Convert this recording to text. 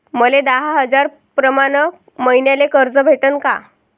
मले दहा हजार प्रमाण मईन्याले कर्ज भेटन का?